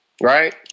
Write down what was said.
Right